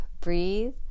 breathe